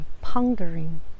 pondering